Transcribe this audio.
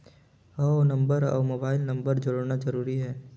हव नंबर अउ mobile number जोड़ना जरूरी हे?